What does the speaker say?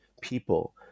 people